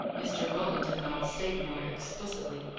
mr. roland did not state more explicitly.